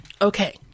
Okay